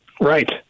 Right